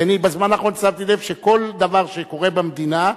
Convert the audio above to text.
כי אני בזמן האחרון שמתי לב שכל דבר שקורה במדינה,